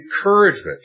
encouragement